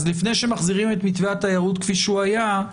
אז לפני שמחזירים את מתווה התיירות כפי שהוא היה,